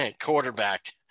quarterback